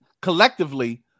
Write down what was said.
collectively